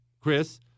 Chris